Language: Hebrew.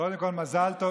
קודם כול מזל טוב,